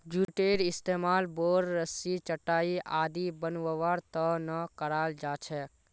जूटेर इस्तमाल बोर, रस्सी, चटाई आदि बनव्वार त न कराल जा छेक